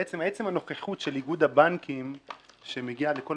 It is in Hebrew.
עצם הנוכחות של איגוד הבנקים שמגיעים לכל